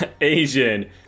Asian